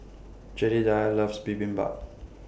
Jedidiah loves Bibimbap